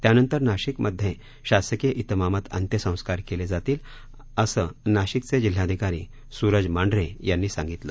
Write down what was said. त्यानंतर नाशिक मध्ये शासकीय इतमामात अंत्यसंस्कार केले जातील असं नाशिकचे जिल्हाधिकारी सुरज मांढरे यांनी सांगितलं